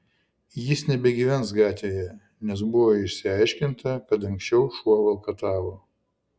jis nebegyvens gatvėje nes buvo išsiaiškinta kad anksčiau šuo valkatavo